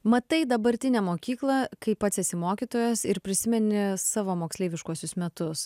matai dabartinę mokyklą kai pats esi mokytojas ir prisimeni savo moksleiviškuosius metus